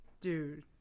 Dude